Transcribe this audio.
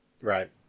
Right